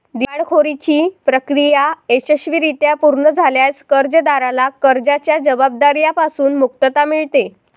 दिवाळखोरीची प्रक्रिया यशस्वीरित्या पूर्ण झाल्यास कर्जदाराला कर्जाच्या जबाबदार्या पासून मुक्तता मिळते